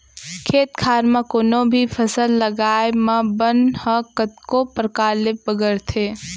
खेत खार म कोनों भी फसल लगाए म बन ह कतको परकार ले बगरथे